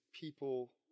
people